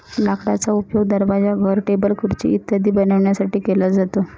लाकडाचा उपयोग दरवाजा, घर, टेबल, खुर्ची इत्यादी बनवण्यासाठी केला जातो